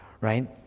right